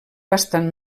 bastant